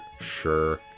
sure